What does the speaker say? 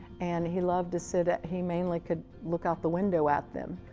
and he loved to sit at, he mainly could look out the window at them.